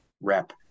rep